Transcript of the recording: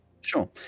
Sure